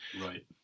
Right